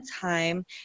time